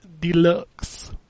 Deluxe